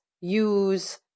use